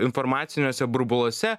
informaciniuose burbuluose